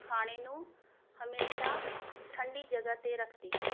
ਖਾਣੇ ਨੂੰ ਹਮੇਸ਼ਾ ਠੰਡੀ ਜਗ੍ਹਾ 'ਤੇ ਰੱਖਦੇ ਹਾਂ